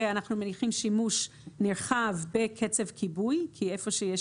ואנחנו מניחים ששימוש נרחב בקצף כיבוי כי איפה שיש